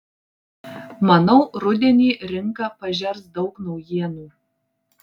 manau rudenį rinka pažers daug naujienų